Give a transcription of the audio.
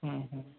हं हं